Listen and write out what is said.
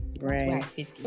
Right